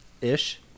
ish